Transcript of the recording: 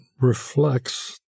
reflects